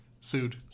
Sued